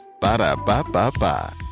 Ba-da-ba-ba-ba